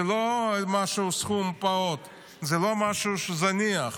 זה לא סכום פעוט, זה לא משהו זניח.